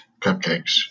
cupcakes